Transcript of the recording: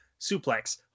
Suplex